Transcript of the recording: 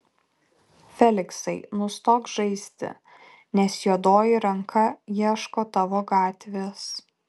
feliksai nustok žaisti nes juodoji ranka ieško tavo gatvės